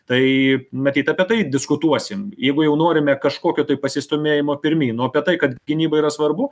tai matyt apie tai diskutuosim jeigu jau norime kažkokio tai pasistūmėjimo pirmyn nu apie tai kad gynyba yra svarbu